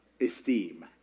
esteem